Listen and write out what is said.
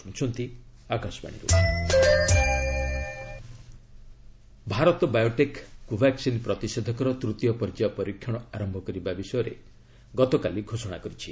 Covaxin trial Bharat Biotech Covaxin ପ୍ରତିଷେଧକର ତୃତୀୟ ପର୍ଯ୍ୟାୟ ପରୀକ୍ଷଣ ଆରମ୍ଭ କରିବା ବିଷୟରେ ଗତକାଲି ଘୋଷଣା କରିଛି